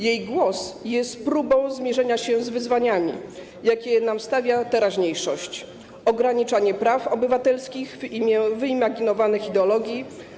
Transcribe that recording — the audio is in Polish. Jej głos jest próbą zmierzenia się z wyzwaniami, jakie nam stawia teraźniejszość, ograniczaniem praw obywatelskich w imię wyimaginowanych ideologii.